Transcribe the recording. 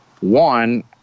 one